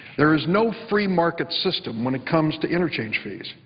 there is no free market system when it comes to interchange fees.